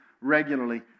regularly